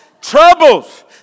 Troubles